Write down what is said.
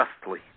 justly